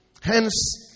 Hence